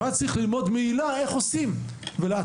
רק צריך ללמוד מהיל"ה איך עושים ולהעתיק